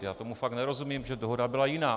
Já tomu fakt nerozumím, protože dohoda byla jiná.